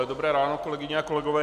Dobré ráno, kolegyně a kolegové.